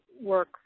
work